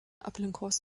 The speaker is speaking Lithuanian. aplinkos